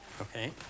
Okay